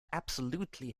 absolutely